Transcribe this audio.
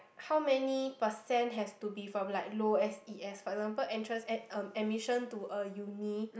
how many percent has to be from like low S_E_S for example entrance eh admission to a uni